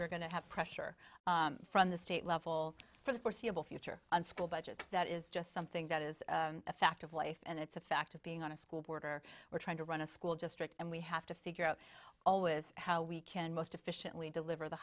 we're going to have pressure from the state level for the foreseeable future on school budgets that is just something that is a fact of life and it's a fact of being on a school board or we're trying to run a school district and we have to figure out always how we can most efficiently deliver the